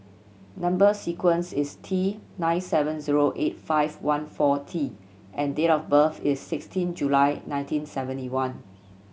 number sequence is T nine seven zero eight five one four T and date of birth is sixteen July nineteen seventy one